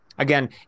Again